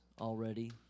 already